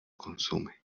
consume